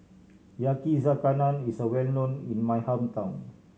yakizakana is well known in my hometown